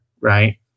Right